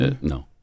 No